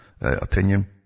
opinion